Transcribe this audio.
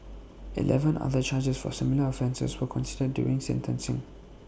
Eleven other charges for similar offences were considered during sentencing